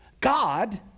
god